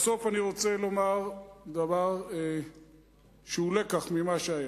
בסוף אני רוצה לומר דבר שהוא לקח ממה שהיה.